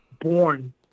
born